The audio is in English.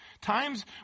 Times